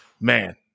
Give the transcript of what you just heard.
man